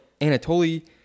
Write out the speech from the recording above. Anatoly